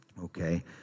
okay